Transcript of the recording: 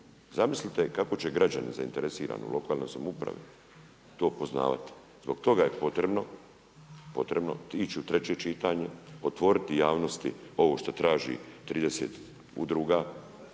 Zamislite kako će građani zainteresirano u lokalnoj samoupravi to poznavati, zbog toga je potrebno ići u 3 čitanje, otvoriti javnosti ovo što traži 30 udruga,